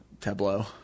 tableau